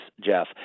Jeff